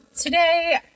today